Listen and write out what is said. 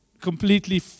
completely